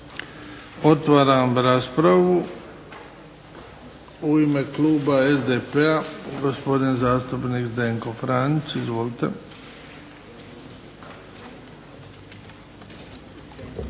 Otvaram raspravu. U ime kluba SDP-a gospodin zastupnik Zdenko Franić. Izvolite.